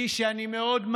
לכן,